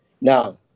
Now